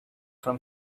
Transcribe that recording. from